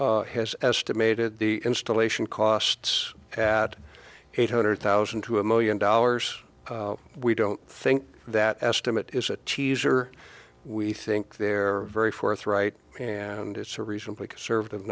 vendor has estimated the installation costs at eight hundred thousand to a million dollars we don't think that estimate is a teaser we think they're very forthright and it's a reasonably conservative